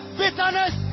bitterness